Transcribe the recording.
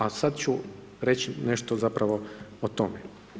A sad ću reći nešto zapravo o tome.